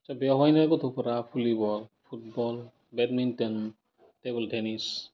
दा बेयावनो गथ'फोरा volleyball football badminton table tennis